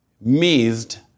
missed